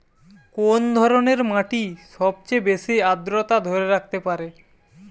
কোন ধরনের মাটি সবচেয়ে বেশি আর্দ্রতা ধরে রাখতে পারে?